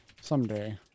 someday